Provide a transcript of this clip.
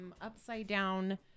upside-down